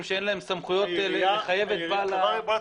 שאין להם סמכויות לחייב את בעל המקום.